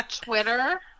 Twitter